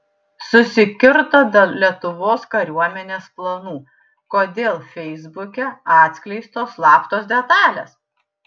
susikirto dėl lietuvos kariuomenės planų kodėl feisbuke atskleistos slaptos detalės